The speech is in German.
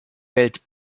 welt